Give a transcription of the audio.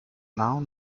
now